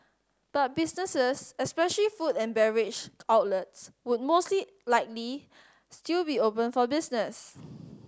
but businesses especially food and beverage outlets would mostly likely still be open for business